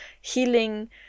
healing